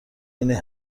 این